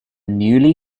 newly